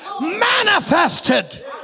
manifested